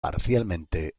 parcialmente